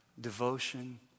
devotion